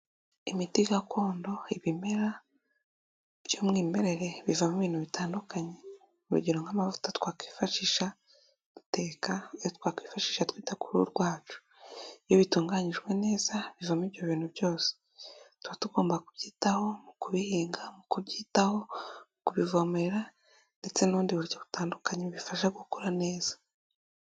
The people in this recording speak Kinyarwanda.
Imiti gakondo ibimera by'umwimerere bivamo ibintu bitandukanye urugero nk'amavuta twakwifashisha duteka, ayo twakwifashisha twita ku ruhu rwacu, ibyo bitunganyijwe neza bivamo, ibyo bintu byose tuba tugomba kubyitaho mu kubihinga mu kubyitaho kubivomera ndetse n'ubundi buryo butandukanye bifasha gukura neza.